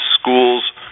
schools